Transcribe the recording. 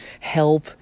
help